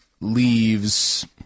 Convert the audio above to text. leaves